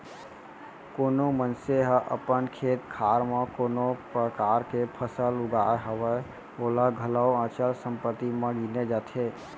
कोनो मनसे ह अपन खेत खार म कोनो परकार के फसल उगाय हवय ओला घलौ अचल संपत्ति म गिने जाथे